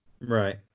Right